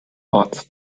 orts